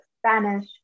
Spanish